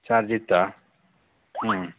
charge ಇತ್ತಾ ಹ್ಞೂ